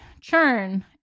Churn